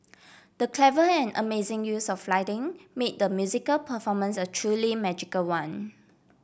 the clever and amazing use of lighting made the musical performance a truly magical one